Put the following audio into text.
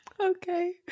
Okay